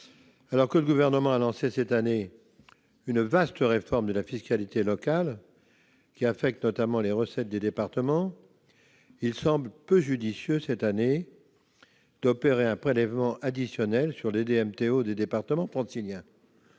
Alors que le Gouvernement a lancé cette année une vaste réforme de la fiscalité locale qui affecte notamment les recettes des départements, il semble peu judicieux d'opérer un prélèvement additionnel sur les DMTO des départements franciliens.